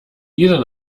jeder